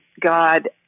God